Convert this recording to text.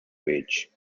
wage